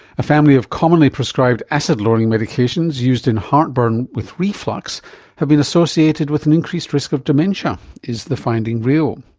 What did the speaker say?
a family of commonly prescribed acid lowering medications used in heartburn with reflux have been associated with an increased risk of dementia is the finding real?